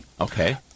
Okay